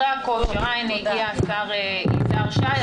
הינה, הגיע השר יזהר שי.